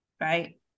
right